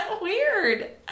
weird